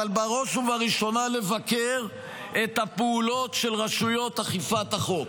אבל בראש ובראשונה לבקר את הפעולות של רשויות אכיפת החוק.